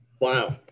Wow